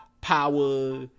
Power